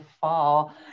fall